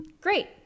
Great